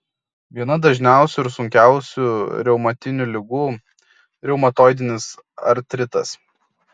viena dažniausių ir sunkiausių reumatinių ligų reumatoidinis artritas